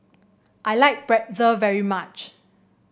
I like Pretzel very much